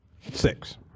Six